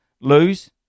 Lose